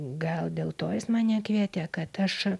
gal dėl to jis mane kvietė kad aš